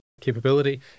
capability